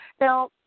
Now